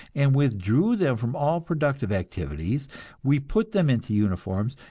and withdrew them from all productive activities we put them into uniforms,